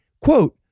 quote